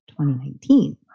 2019